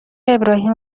ابراهیم